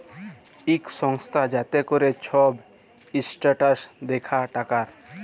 ইক সংস্থা যাতে ক্যরে ছব ইসট্যালডাড় দ্যাখে টাকার